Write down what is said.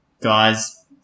guys